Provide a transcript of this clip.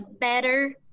better